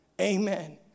Amen